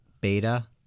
beta